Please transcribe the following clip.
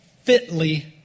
fitly